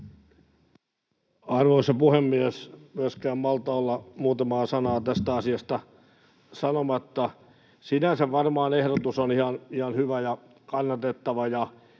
Arvoisa puhemies! En myöskään malta olla muutamaa sanaa tästä asiasta sanomatta. Sinänsä ehdotus on varmaan ihan hyvä ja kannatettava,